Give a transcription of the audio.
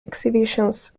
exhibitions